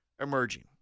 emerging